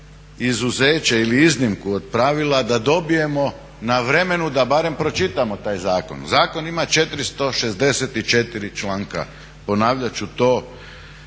izuzeće ili iznimku od pravila da dobijemo na vremenu da barem pročitamo taj zakon. Zakon ima 464. članka, ponavljat ću to